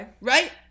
right